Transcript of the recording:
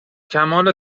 کمال